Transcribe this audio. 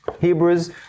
Hebrews